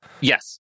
yes